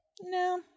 No